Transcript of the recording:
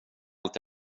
allt